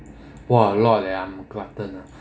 !wah! a lot leh I'm a glutton